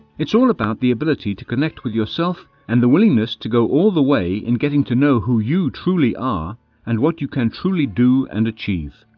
it's all about the ability to connect with yourself and the willingness to go all the way in getting to know who you truly are and what you can truly do and achieve.